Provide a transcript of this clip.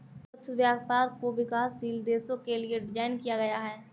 निष्पक्ष व्यापार को विकासशील देशों के लिये डिजाइन किया गया है